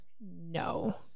no